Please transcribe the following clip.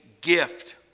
gift